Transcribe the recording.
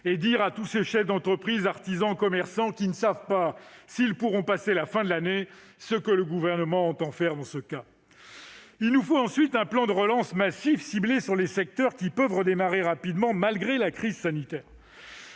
dire à tous ces chefs d'entreprise, artisans et commerçants, qui ne savent pas s'ils pourront passer la fin de l'année, ce que le Gouvernement entend faire pour eux. Il nous faut ensuite un plan de relance massif et ciblé sur les secteurs susceptibles de redémarrer rapidement, malgré la crise sanitaire.